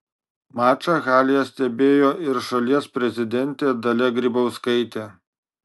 mačą halėje stebėjo ir šalies prezidentė dalia grybauskaitė